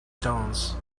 stones